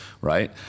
right